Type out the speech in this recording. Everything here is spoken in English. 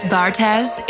Bartez